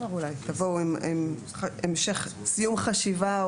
תבואו עם סיום חשיבה,